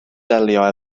delio